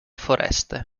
foreste